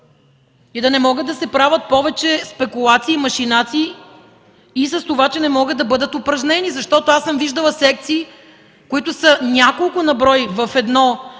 и да не могат да се правят повече спекулации, машинации с това, че не могат да бъдат упражнени. Виждала съм секции, които са няколко на брой в една